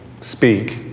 speak